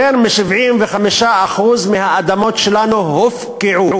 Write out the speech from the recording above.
יותר מ-75% מהאדמות שלנו הופקעו,